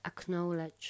acknowledge